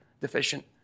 deficient